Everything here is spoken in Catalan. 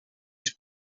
les